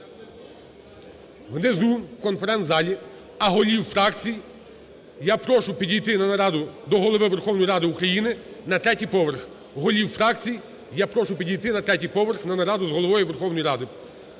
Внизу в конференц-залі. А голів фракцій я прошу підійти на нараду до Голови Верховної Ради України на третій поверх. Голів фракцій я прошу підійти на третій поверх на нараду з Головою Верховної Ради.